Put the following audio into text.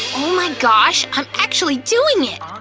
oh my gosh, i'm actually doing it!